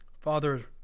Father